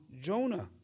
Jonah